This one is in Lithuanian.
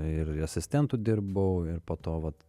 ir asistentu dirbau ir po to vat